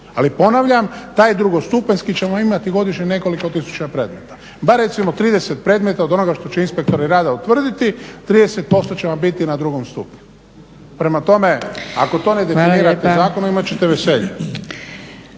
Ali ponavljam, taj drugostupanjski ćemo imati godišnje nekoliko tisuća predmeta, bar recimo 30 predmeta od onoga što će inspektori rada utvrditi, 30% će vam biti na drugom stupnju. Prema tome ako to ne definirate zakonom imat ćete veselje.